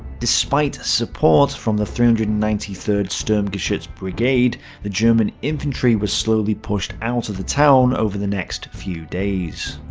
despite support from the three hundred and ninety third sturmgeschutz brigade the german infantry were slowly pushed out of the town over the next few days.